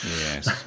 Yes